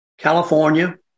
California